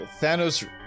Thanos